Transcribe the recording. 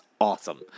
awesome